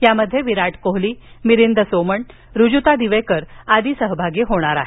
यामध्ये विराट कोहली मिलिंद सोमण ऋतुजा दिवेकर आदी सहभागी होणार आहे